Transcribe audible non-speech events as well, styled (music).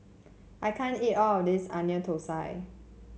(noise) I can't eat all of this Onion Thosai